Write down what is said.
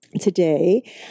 today